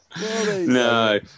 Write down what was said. No